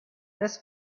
this